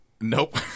Nope